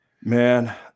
Man